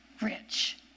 rich